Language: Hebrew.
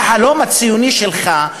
הרי החלום הציוני שלך,